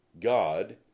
God